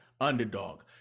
Underdog